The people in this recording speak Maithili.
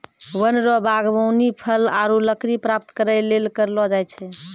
वन रो वागबानी फल आरु लकड़ी प्राप्त करै लेली करलो जाय छै